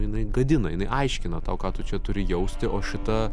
jinai gadina jinai aiškina tau ką tu čia turi jausti o šita